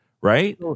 right